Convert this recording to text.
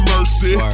Mercy